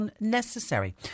unnecessary